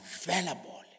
available